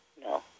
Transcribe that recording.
No